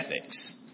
ethics